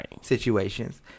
situations